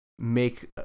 make